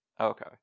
Okay